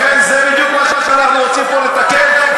לכן זה בדיוק מה שאנחנו רוצים פה לתקן.